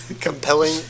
compelling